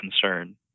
concern